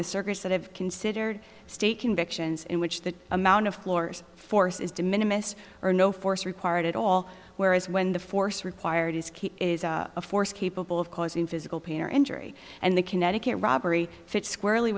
the circus that i've considered state convictions in which the amount of floors force is de minimus or no force required at all whereas when the force required is keep a force capable of causing physical pain or injury and the connecticut robbery fits squarely